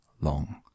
long